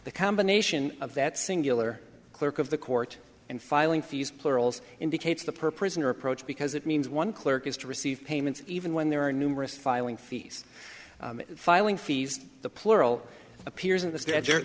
the combination of that singular clerk of the court and filing fees plurals indicates the per prisoner approach because it means one clerk is to receive payments even when there are numerous filing fees filing fees the plural appears in the